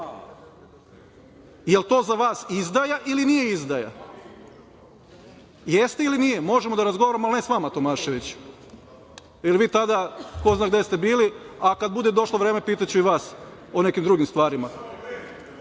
Jel to za vas izdaja ili nije izdaja? Jeste, ili nije, možemo da razgovaramo, ali ne sa vama Tomaševiću, jer vi tada ko zna gde ste bili, a kad bude došlo vreme pitaću i vas o nekim drugim stvarima. Pitaću,